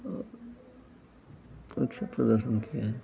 और अच्छे प्रदर्शन किए हैं